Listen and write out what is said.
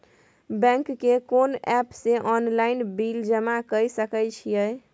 Bank के कोन app से ऑनलाइन बिल जमा कर सके छिए?